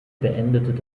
beendet